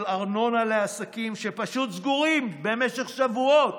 ארנונה לעסקים שפשוט סגורים במשך שבועות.